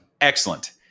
Excellent